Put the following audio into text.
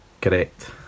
Correct